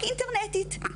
רק אינטרנטית,